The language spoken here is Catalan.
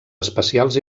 especials